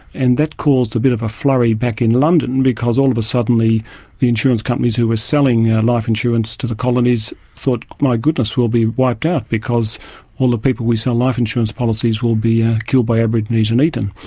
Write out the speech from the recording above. and that caused a bit of a flurry back in london because all of a sudden the the insurance companies who were selling life insurance to the colonies thought, my goodness, we'll be wiped out because all the people we sell life insurance policies to will be ah killed by aborigines and eaten.